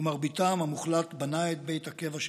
ומרביתם המוחלט בנה את בית הקבע שלהם.